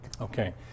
Okay